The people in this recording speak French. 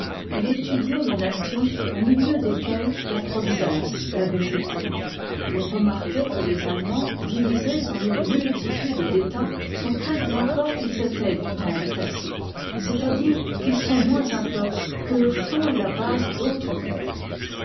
il étudioit les nations au milieu desquelles la providence l'avoit jeté il remarquoit que les allemands divisés en une multitude d'etats sont tels encore qu'ils étoient du temps de tacite c'est-à-dire qu'ils sont moins un peuple que le fond et la base d'autrespeuples